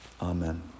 amen